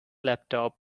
laptop